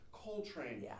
Coltrane